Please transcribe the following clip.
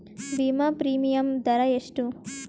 ವಿಮಾ ಪ್ರೀಮಿಯಮ್ ದರಾ ಎಷ್ಟು?